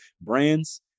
brands